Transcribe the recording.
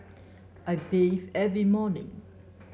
I bathe every morning